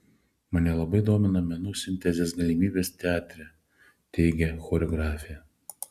mane labai domina menų sintezės galimybės teatre teigia choreografė